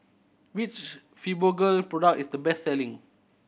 which Fibogel product is the best selling